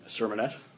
sermonette